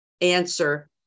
answer